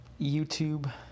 YouTube